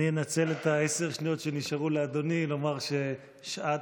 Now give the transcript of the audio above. אני אנצל את עשר השניות שנשארו לאדוני כדי לומר ששעת